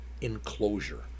enclosure